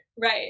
Right